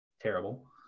terrible